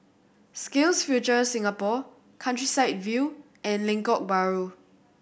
Skills Future Singapore Countryside View and Lengkok Bahru